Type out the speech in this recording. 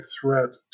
threat